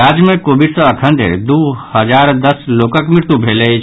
राज्य मे कोविड सँ अखन धरि दू हजार दस लोकक मृत्यु भेल अछि